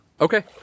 Okay